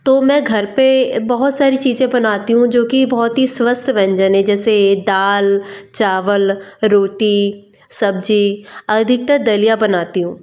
तो मैं घर पर बहुत सारी चीज़ें बनाती हूँ जो कि बहुत ही स्वस्थ व्यंजन है जैसे दाल चावल रोटी सब्ज़ी अधिकतर दलिया बनाती हूँ